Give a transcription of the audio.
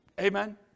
Amen